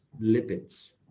lipids